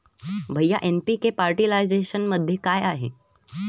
भैय्या एन.पी.के फर्टिलायझरमध्ये काय आहे?